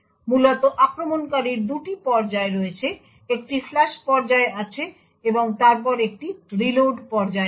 মূলত আক্রমণকারীর 2টি পর্যায় রয়েছে একটি ফ্লাশ পর্যায় আছে এবং তারপর একটি রিলোড পর্যায় আছে